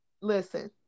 Listen